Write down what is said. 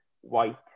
white